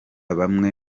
bamwe